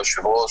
ליושב-ראש,